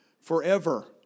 forever